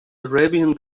arabian